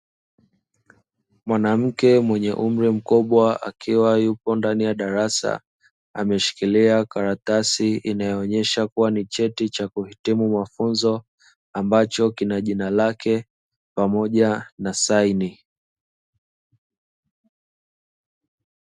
Mwanamke mwenye umri mkubwa akiwa yupo ndani ya darasa, ameshikilia karatasi inayoonyesha kuwa ni cheti cha kuhitimu mafunzo, ambacho kina jina lake pamoja na saini.